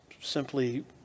simply